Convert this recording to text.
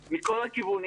בהיכלים,